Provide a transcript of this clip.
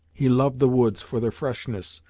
he loved the woods for their freshness,